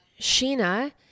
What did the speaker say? Sheena